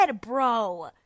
bro